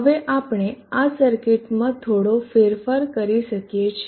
હવે આપણે આ સર્કિટમાં થોડો ફેરફાર કરી શકીએ છીએ